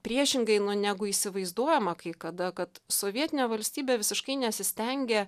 priešingai negu įsivaizduojama kai kada kad sovietinė valstybė visiškai nesistengia